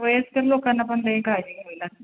वयस्कर लोकांना पण लई काळजी घ्यावी लागणार